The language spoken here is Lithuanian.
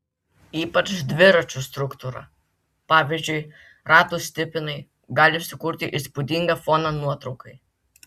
ypač dviračių struktūra pavyzdžiui ratų stipinai gali sukurti įspūdingą foną nuotraukai